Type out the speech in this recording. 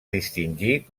distingir